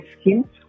skin